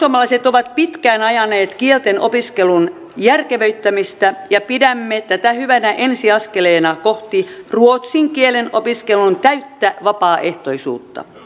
perussuomalaiset ovat pitkään ajaneet kielten opiskelun järkevöittämistä ja pidämme tätä hyvänä ensiaskeleena kohti ruotsin kielen opiskelun täyttä vapaaehtoisuutta